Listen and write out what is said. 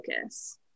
focus